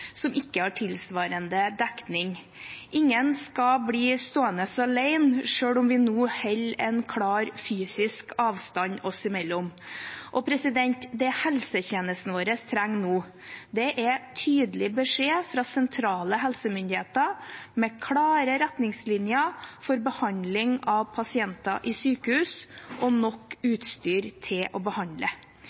som ikke har tilsvarende dekning. Ingen skal bli stående alene selv om vi nå holder en klar fysisk avstand oss imellom. Det helsetjenesten vår trenger nå, er tydelig beskjed fra sentrale helsemyndigheter med klare retningslinjer for behandling av pasienter på sykehus og nok utstyr til å behandle,